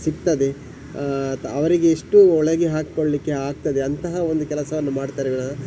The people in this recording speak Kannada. ಸಿಗ್ತದೆ ತ ಅವರಿಗೆ ಎಷ್ಟು ಒಳಗೆ ಹಾಕಿಕೊಳ್ಲಿಕ್ಕೆ ಆಗ್ತದೆ ಅಂತಹ ಒಂದು ಕೆಲಸವನ್ನು ಮಾಡುತ್ತಾರೆ ವಿನಹ